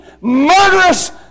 murderous